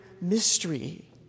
mystery